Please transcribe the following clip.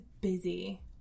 busy